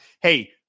Hey